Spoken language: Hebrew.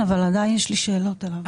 עדיין יש לי שאלות אליו.